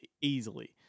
easily